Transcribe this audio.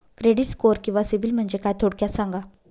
Credit score किंवा सिबिल म्हणजे काय? थोडक्यात सांगा